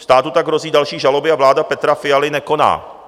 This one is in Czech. Státu tak hrozí další žaloby a vláda Petra Fialy nekoná.